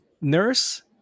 Nurse